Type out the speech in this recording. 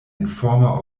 informa